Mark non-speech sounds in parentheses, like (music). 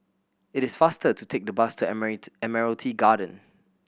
it is faster to take the bus to (unintelligible) Admiralty Garden